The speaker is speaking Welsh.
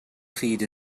pryd